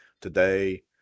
today